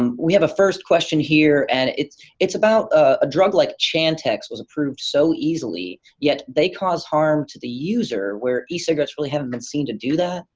um we have a first question here, and it's it's about a drug like chantix, was approved so easily, yet they cause harm to the user where e-cigarettes really haven't been seen to do that.